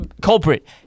culprit